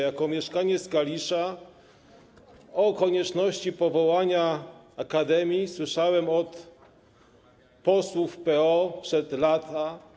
Jako mieszkaniec Kalisza o konieczności powołania akademii słyszałem od posłów PO przez lata.